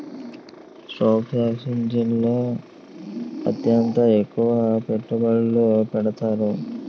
stock ఎక్స్చేంజిల్లో అత్యంత ఎక్కువ పెట్టుబడులు పెడతారు